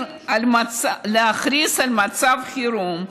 להכריז על מצב חירום.